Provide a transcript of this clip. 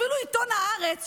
אפילו עיתון הארץ,